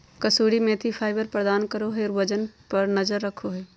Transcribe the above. कसूरी मेथी फाइबर प्रदान करो हइ और वजन पर नजर रखो हइ